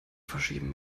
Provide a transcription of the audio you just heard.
verschieben